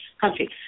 country